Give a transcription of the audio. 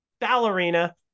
ballerina